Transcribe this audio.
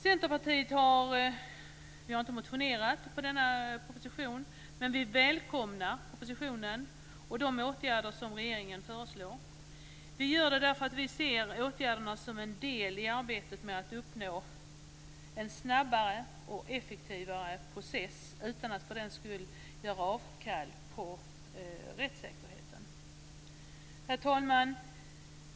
Centerpartiet har inte väckt motioner med anledning av propositionen, men vi välkomnar propositionen och de åtgärder som regeringen föreslår. Vi gör det därför att vi ser åtgärderna som en del i arbetet med att uppnå en snabbare och effektivare process utan att för den skull göra avkall på rättssäkerheten. Herr talman!